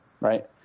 right